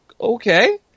okay